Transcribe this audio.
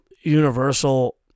universal